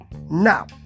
Now